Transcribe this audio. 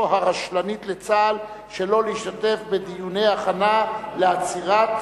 הרשלנית לצה"ל שלא להשתתף בדיוני הכנה לעצירת